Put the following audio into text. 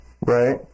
right